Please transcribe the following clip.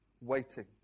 waiting